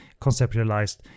conceptualized